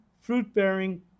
fruit-bearing